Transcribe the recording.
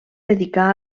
dedicà